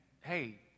hey